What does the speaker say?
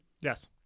yes